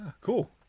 Cool